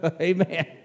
Amen